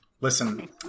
Listen